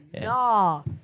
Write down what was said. no